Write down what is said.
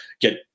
get